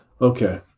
Okay